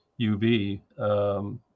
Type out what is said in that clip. UV